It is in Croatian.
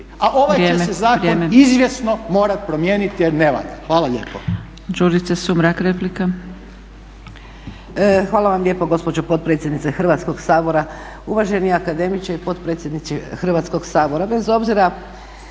a ovaj će se zakon izvjesno morati promijeniti jer ne valja. Hvala lijepo.